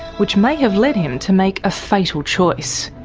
which may have led him to make a fatal choice.